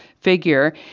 figure